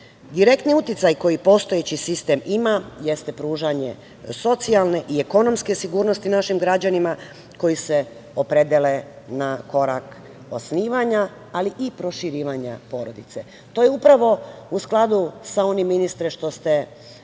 Direktni uticaj koji postojeći sistem ima jeste pružanje i socijalne sigurnosti našim građanima koji se opredele na korak osnivanja, ali i proširivanja porodice. To je upravo sa onim, ministre, što ste u